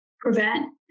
prevent